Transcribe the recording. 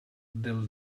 del